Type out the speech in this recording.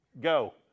go